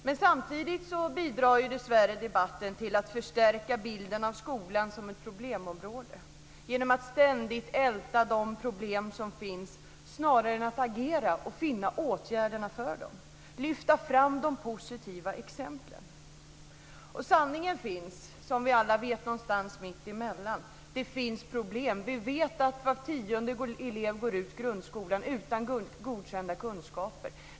Men samtidigt så bidrar ju dessvärre debatten till att förstärka bilden av skolan som ett problemområde genom att man ständigt ältar de problem som finns snarare än att agera och finna åtgärderna för dem och lyfta fram de positiva exemplen. Sanningen finns, som vi alla vet, någonstans mittemellan. Det finns problem. Vi vet att var tionde elev går ut grundskolan utan godkända kunskaper.